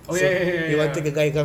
oh ya ya ya ya